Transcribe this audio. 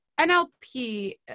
NLP